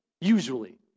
Usually